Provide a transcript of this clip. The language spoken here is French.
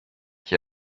qui